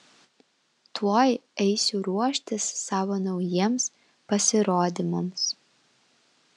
tuoj eisiu ruoštis savo naujiems pasirodymams